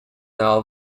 now